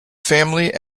family